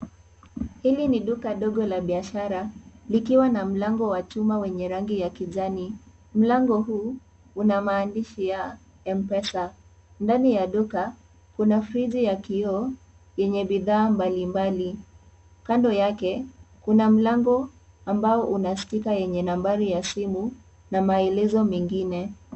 Hili ni duka dogo la biashara likiwa na mlango wa chuma lenye rangi ya kijani. Mlango huu una maandishi ya mpesa. Ndani ya duka kuna friji ya kioo yenye bidhaa mbalimbali. Kando yake kuna mlango ambao una stika yenye nambari ya simu na maelezo mengine.